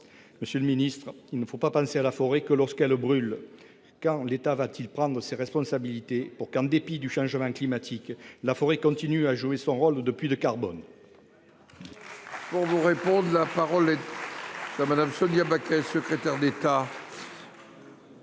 Je le regrette. Il ne faut pas penser à la forêt que lorsqu'elle brûle. Quand l'État prendra-t-il ses responsabilités pour que, en dépit du changement climatique, la forêt continue à jouer son rôle de puits de carbone ?